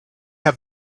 have